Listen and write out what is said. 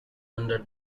under